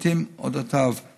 פרטים על אודותיו,